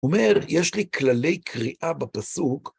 אומר, יש לי כללי קריאה בפסוק